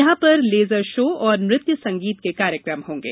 यहां पर laser show नृत्य संगीत के कार्यक्रम होंगे